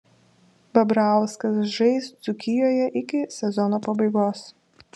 babrauskas žais dzūkijoje iki sezono pabaigos